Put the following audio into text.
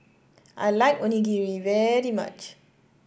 I like Onigiri very much